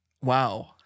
Wow